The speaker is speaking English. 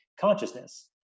consciousness